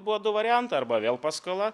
buvo du variantai arba vėl paskola